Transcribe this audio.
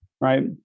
right